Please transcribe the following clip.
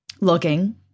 Looking